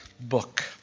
book